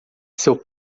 seu